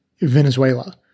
Venezuela